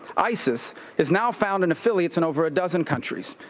isis is now found in affiliates in over a dozen countries.